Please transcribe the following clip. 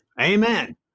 Amen